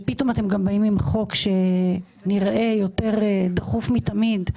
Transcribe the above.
ופתאום אתם גם באים עם חוק שנראה יותר דחוף מתמיד,